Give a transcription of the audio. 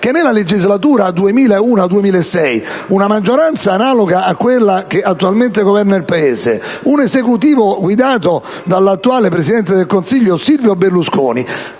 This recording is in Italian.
che nella legislatura 2001-2006 una maggioranza analoga a quella che attualmente governa il Paese, un Esecutivo guidato dall'attuale presidente del Consiglio Silvio Berlusconi,